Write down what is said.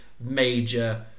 major